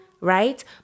right